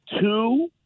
two